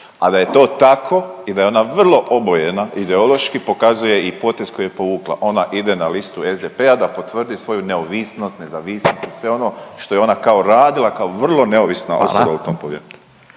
a da je to tako i da je ona vrlo obojena ideološki pokazuje i potez koji je povukla, ona ide na listu SDP-a da potvrdi svoju neovisnost, nezavisnost, sve ono što je ona kao radila kao vrlo neovisna osoba u tom Povjerenstvu.